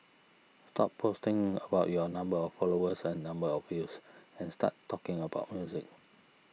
stop posting about your number of followers and number of views and start talking about music